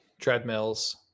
treadmills